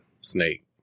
snake